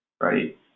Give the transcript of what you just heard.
right